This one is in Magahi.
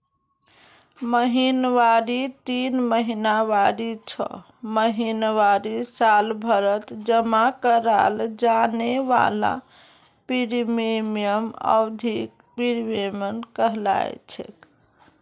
महिनावारी तीन महीनावारी छो महीनावारी सालभरत जमा कराल जाने वाला प्रीमियमक अवधिख प्रीमियम कहलाछेक